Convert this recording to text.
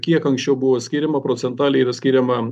kiek anksčiau buvo skiriama procentaliai yra skiriama